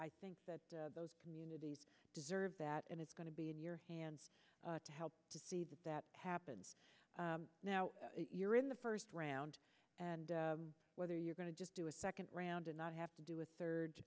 i think that those communities deserve that and it's going to be in your hands to help to see that that happens now you're in the first round and whether you're going to just do a second round and not have to do with third